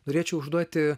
norėčiau užduoti